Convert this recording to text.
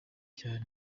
cyanee